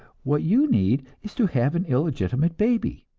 what you need is to have an illegitimate baby.